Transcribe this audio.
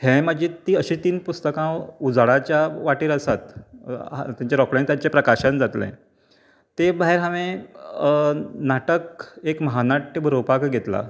हें मागीर अशें तीन पुस्तकां हांव उजवाडाच्या वाटेर आसात तेंचें रोखडेच तेंचें प्रकाशन जातलें तें भायर हांवें नाटक एक महानाट्य बरोवपाक घेतलां